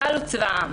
צה"ל הוא צבא העם.